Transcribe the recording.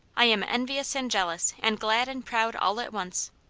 i am envious and jealous and glad and proud all at once.